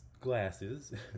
glasses